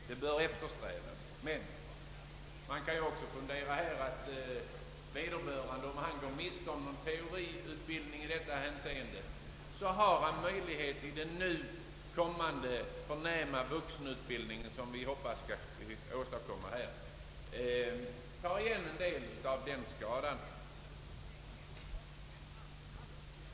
Det bör eftersträvas, men om någon går miste om en teoretisk utbildning har han dock möjlighet att i den kommande förnämliga vuxenutbildning, som vi hoppas kunna åstadkomma, ta igen en del av skadan.